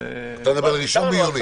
אתה מדבר על ה-1 ביוני?